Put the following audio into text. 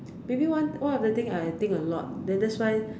maybe one one of the things I think a lot then that why